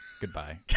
Goodbye